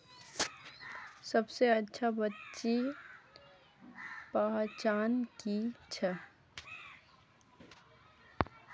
सबसे अच्छा बिच्ची पहचान की छे?